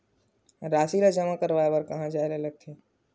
राशि ला जमा करवाय बर कहां जाए ला लगथे